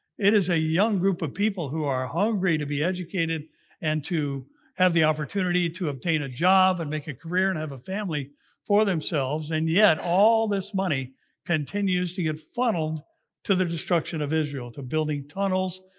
it is a young group of people who are hungry to be educated and to have the opportunity to obtain a job, and make a career, and have a family for themselves. and yet all this money continues to get funneled to the destruction of israel. this includes building tunnels,